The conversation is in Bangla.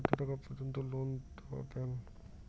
কত টাকা পর্যন্ত লোন দেয় ব্যাংক?